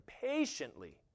patiently